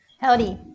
Howdy